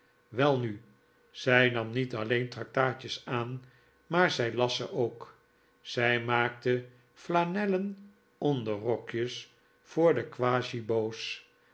welnu zij nam niet alleen tractaatjes aan maar zij las ze ook zij maakte flanellen onderrokjes voor de